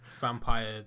vampire